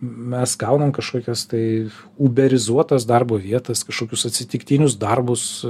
mes gaunam kažkokias tai uberizuotas darbo vietas kažkokius atsitiktinius darbus